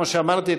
כמו שאמרתי,